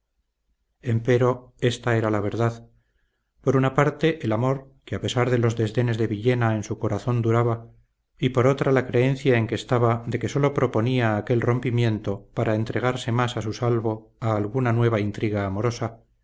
empero ésta era la verdad por una parte el amor que a pesar de los desdenes de villena en su corazón duraba y por otra la creencia en que estaba de que sólo proponía aquel rompimiento para entregarse más a su salvo a alguna nueva intriga amorosa